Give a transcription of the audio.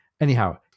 Anyhow